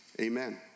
Amen